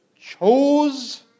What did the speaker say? chose